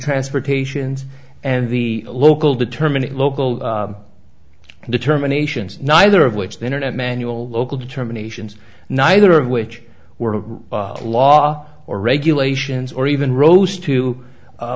transportations and the local determinate local determinations neither of which the internet manual local determinations neither of which were law or regulations or even rose to